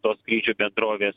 tos skrydžių bendrovės